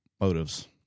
motives